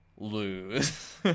lose